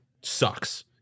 sucks